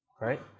right